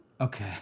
Okay